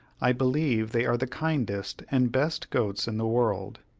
i believe they are the kindest and best goats in the world.